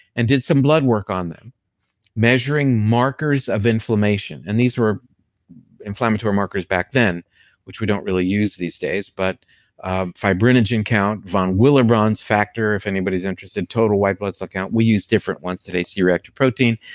and did some blood work on them measuring markers of inflammation. and these were inflammatory markers back then which we don't really use these days, but fibrinogen count, von willebrand's factor, if anybody's interested, total white blood cell count. we use different ones today, creactive protein,